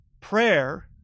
prayer